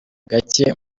gacye